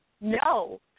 No